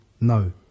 no